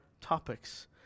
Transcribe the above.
topics